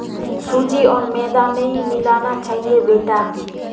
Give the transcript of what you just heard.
सूजी आर मैदा नई मिलाना चाहिए बेटा